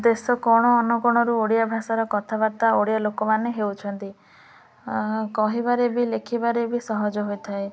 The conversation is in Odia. ଦେଶ କୋଣ ଅନୁକୋଣରୁ ଓଡ଼ିଆ ଭାଷାର କଥାବାର୍ତ୍ତା ଓଡ଼ିଆ ଲୋକମାନେ ହେଉଛନ୍ତି କହିବାରେ ବି ଲେଖିବାରେ ବି ସହଜ ହୋଇଥାଏ